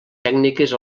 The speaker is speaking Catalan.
tècniques